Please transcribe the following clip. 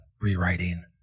rewriting